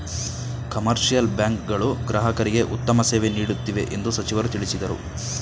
commercial bank ಗಳು ಗ್ರಾಹಕರಿಗೆ ಉತ್ತಮ ಸೇವೆ ನೀಡುತ್ತಿವೆ ಎಂದು ಸಚಿವರು ತಿಳಿಸಿದರು